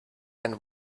and